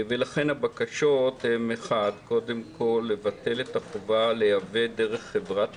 לכן הבקשות ה קודם כל לבטל את החובה לייבא דרך חברת